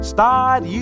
Start